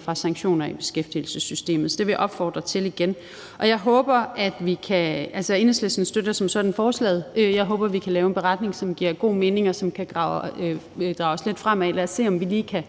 fra sanktioner i beskæftigelsessystemet. Så det vil jeg opfordre til igen. Altså, Enhedslisten støtter som sådan forslaget. Jeg håber, vi kan lave en beretning, som giver god mening, og som kan bringe os lidt fremad. Lad os se, om vi lige kan